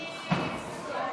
33),